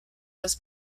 was